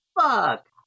Fuck